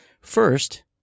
First